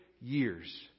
years